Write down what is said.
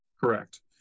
Correct